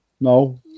no